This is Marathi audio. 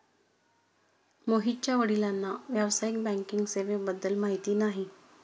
मोहितच्या वडिलांना व्यावसायिक बँकिंग सेवेबद्दल माहिती नाही